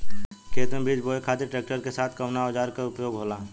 खेत में बीज बोए खातिर ट्रैक्टर के साथ कउना औजार क उपयोग होला?